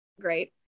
great